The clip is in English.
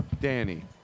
Danny